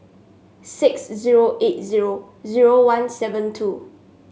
six zero eight zero zero one seven two